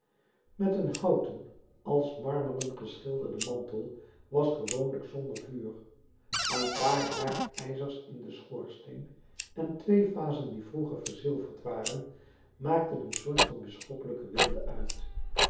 met een houten als marmer geschilderden mantel was gewoonlijk zonder vuur een paar haardijzers in den schoorsteen en twee vazen die vroeger verzilverd waren maakten een soort van bisschoppelijke weelde uit